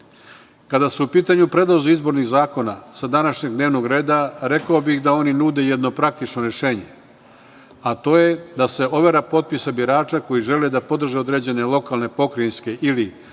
su u pitanju predlozi izbornih zakona sa današnjeg dnevnog reda, rekao bih da oni nude jedno praktično rešenje, a to je da se overa potpisa birača koji žele da podrže određene lokalne, pokrajinske ili